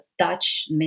Dutch